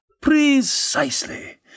Precisely